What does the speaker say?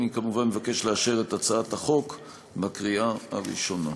אני כמובן מבקש לאשר את הצעת החוק בקריאה ראשונה.